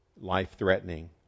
life-threatening